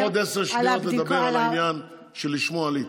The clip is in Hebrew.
אז יש לך עוד עשר שניות לדבר על העניין שלשמו עלית.